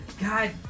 God